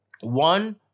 One